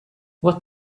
what